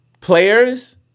players